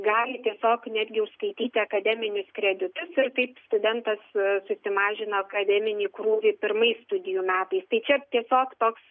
gali tiesiog netgi užskaityti akademinius kreditus ir kaip studentas susimažina akademinį krūvį pirmais studijų metais tai čia tiesiog toks